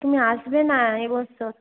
তুমি আসবে না এ বছর